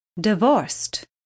divorced